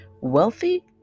Wealthy